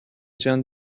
جان